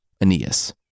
Aeneas